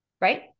Right